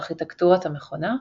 ארכיטקטורת המכונה,